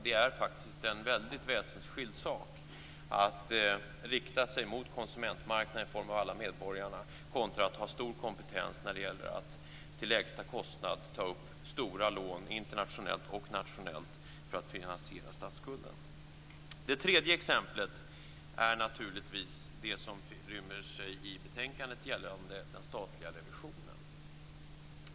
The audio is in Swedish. Det är faktiskt en väldigt väsensskild sak att rikta sig mot konsumentmarknaden i form av alla medborgare jämfört med att ha stor kompetens när det gäller att till lägsta kostnad ta upp stora lån internationellt och nationellt för att finansiera statsskulden. Det tredje exemplet är naturligtvis det som rymmer sig i betänkandet vad gäller den statliga revisionen.